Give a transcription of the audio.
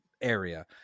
area